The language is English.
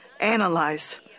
analyze